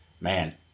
man